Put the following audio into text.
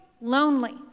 lonely